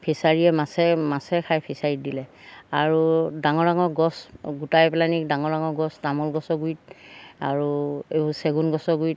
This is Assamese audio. ফিছাৰীয়ে মাছে মাছে খাই ফিছাৰীত দিলে আৰু ডাঙৰ ডাঙৰ গছ গোটাই পেলাহেনি ডাঙৰ ডাঙৰ গছ তামোল গছৰ গুৰিত আৰু এইবোৰ চেগুন গছৰ গুৰিত